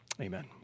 Amen